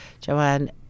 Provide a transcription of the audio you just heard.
Joanne